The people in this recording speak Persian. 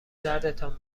دردتان